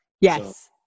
Yes